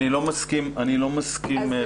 אני לא מסכים למחוק.